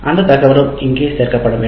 அந்த தகவலும் இங்கே சேர்க்கப்பட வேண்டும்